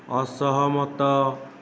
ଅସହମତ